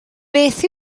beth